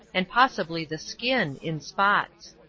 and possibly the skin, in spots.